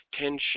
tension